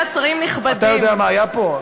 אתה יודע מה היה פה?